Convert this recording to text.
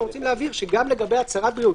אנחנו רוצים להבהיר שגם לגבי הצהרת בריאות,